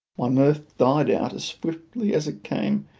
my mirth died out as swiftly as it came,